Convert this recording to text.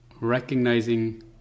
recognizing